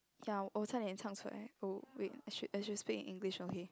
ya wo cha yi dian chang chu lai oh wait I should I should speak English okay